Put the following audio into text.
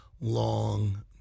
long